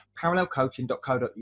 parallelcoaching.co.uk